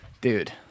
Dude